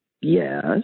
Yes